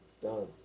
Done